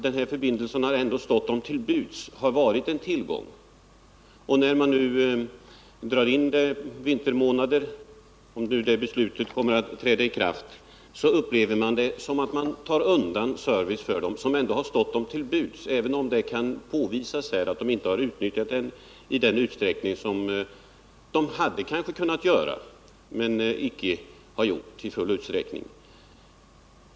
Den här förbindelsen har ändå funnits, och den har varit en tillgång. Om den nu dras in under vintermånaderna, känns det som om man drar in en service som ändå stått dem till buds. För torpöborna blir vägverkets besparing en belastning.